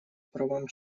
правам